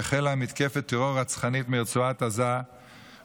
החלה מתקפת טרור רצחנית מרצועת עזה ובמהלכה